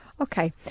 Okay